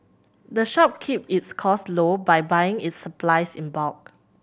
the shop keeps its costs low by buying its supplies in bulk